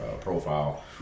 profile